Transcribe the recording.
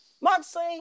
Moxley